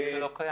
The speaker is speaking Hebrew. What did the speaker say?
כבר כמה שנים.